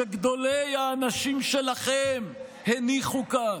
שגדולי האנשים שלכם הניחו כאן.